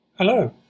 Hello